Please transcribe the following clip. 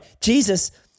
Jesus